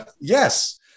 Yes